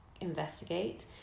investigate